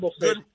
Good